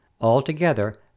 Altogether